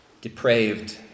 depraved